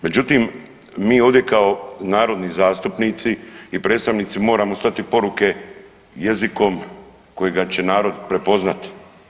Međutim, mi ovdje kao narodni zastupnici i predstavnici moramo slati poruke jezikom kojega će narod prepoznati.